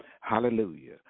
Hallelujah